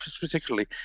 particularly